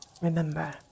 Remember